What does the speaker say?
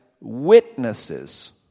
witnesses